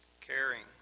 caring